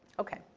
okay,